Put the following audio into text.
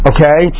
Okay